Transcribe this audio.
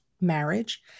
marriage